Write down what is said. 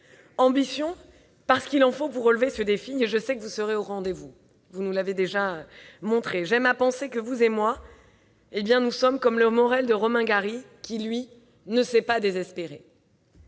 Ambition, parce qu'il en faut pour relever ce défi, et je sais que vous serez au rendez-vous, vous nous l'avez déjà montré. J'aime à penser que vous et moi, nous sommes comme le Morel de Romain Gary, qui, lui, ne s'est pas désespéré.